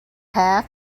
half